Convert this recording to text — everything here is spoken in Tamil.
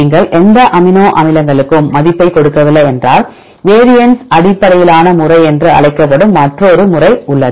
நீங்கள் எந்த அமினோ அமிலங்களுக்கும் மதிப்பை கொடுக்கவில்லை என்றால் வேரியன்ஸ் அடிப்படையிலான முறை என்று அழைக்கப்படும் மற்றொரு முறை உள்ளது